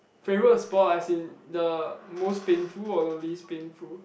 favorite spot as in the most painful or the least painful